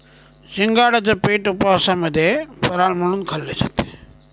शिंगाड्याचे पीठ उपवासामध्ये फराळ म्हणून खाल्ले जातात